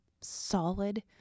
solid